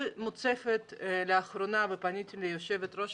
לאחרונה אני מוצפת ופניתי ליושבת ראש